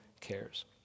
cares